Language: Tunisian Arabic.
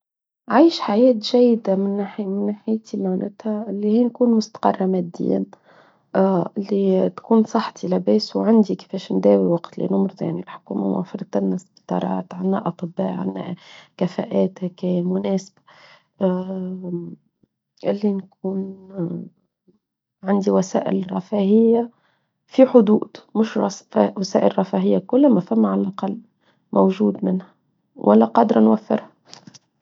عايش حياة جيدة من ناحية من ناحية معناتها اللي هي نكون مستقرة مادياً اللي تكون صحتي لباس وعندي كفاش نداوي وقت لنومر ثاني الحكومة موفرة لنا سلطرات عناطباعة عنا كفاءات مناسبة اللي نكون عندي وسائل رفاهية في حدود مش وسائل رفاهية كل ما فيه معلقة موجود منها ولا قدر نوفرها.